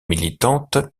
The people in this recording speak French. militante